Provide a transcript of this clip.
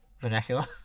vernacular